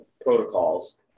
protocols